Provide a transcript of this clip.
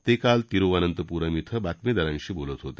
ते काल तिरुअनंतपूरम क्वें बातमीदारांशी बोलत होते